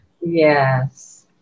Yes